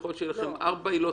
ויכול להיות שיהיו לכם ארבע עילות,